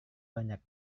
banyak